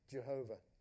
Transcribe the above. Jehovah